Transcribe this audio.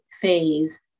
phase